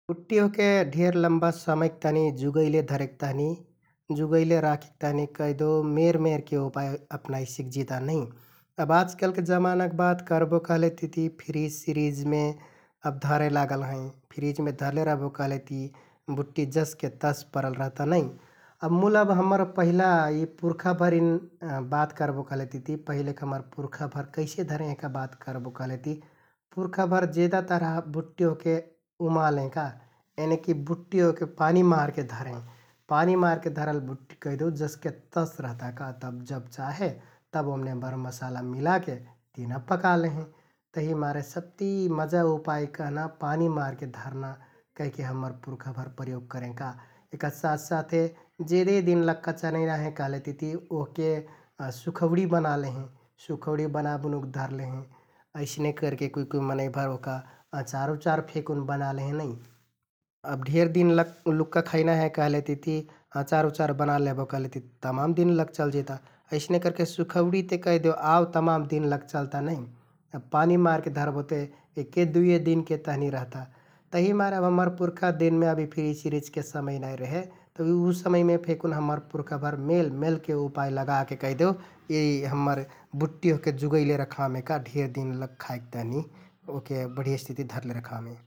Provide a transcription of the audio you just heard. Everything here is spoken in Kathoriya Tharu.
बुट्टि ओहके ढेर लम्बा समयक तहनि जुगैले धरेक तहनि, जुगैले राखेक तहनि कैहदेउ मेरमेरके उपाइ अपनाइ सिकजिता नै । अब आजकालके जमानक बात करबो कहलेतिति फ्रिज सिरिजमे अब धरे लागल हैं । फ्रिजमे धरले रहबो कहलेति बुट्टि जसके तस परल रहता नै । अब मुल हम्मर पहिला यि पुर्खाभरिन बात करबो करबो कहलेतिति पहिलेक हम्मर पुर्खाभर कैसे धरें कहना बात करबो कहलेति पुर्खाभर जेदा तरह अब बुट्टि ओहके उमालें का एनिकि बुट्टि ओहके पानी मारके धरें । पानी मारके धरल बुट्टि कैहदेउ जसके तस रहता का, जब चाहे तब ओम्‍ने मरमसाला मिलाके तेना पका लेहें तहिमारे सबति उपाइ कहना पानी मारके धरना कहिके हम्मर पुर्खाभर प्रयोग करें का । एहका साथ साथे जेदे दिन लक्का चलैना है कहलेतिति ओहके सुखौडि बनालेहें, सुखौडि बनाबुनुक धरलेहें । अइसने करके कुइ कुइ मनैंभर ओहका अँचार उँचार फेकुन बना लेहें नै । अब धेर दिन लक-लुक्का खैना है कहलेतिति अँचार उँचार बना लेहबो कहलेति तमाम दिन लक चल जिता । अइसने करके सुखौडि ते आउ कहिदेउ तमाम लक चलता नै । अब पानी मारके धरबो ते एक्के, दुइये दिनके तहनि रहता तहिमारे अब हम्मर पुर्खादिनमे अब यि फ्रिज सिरिजके समय नाइ रेहे । तौ उ समयमे फेकुन हम्मर पुर्खाभर मेलमेलके उपाइ लगाके कैहदेउ यि हम्मर बुट्टि ओहके जुगैले रखामें का, धेर दिन लक खाइक तहनि ओहके बढियस तिति रखामें ।